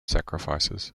sacrifices